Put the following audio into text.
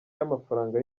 y’amafaranga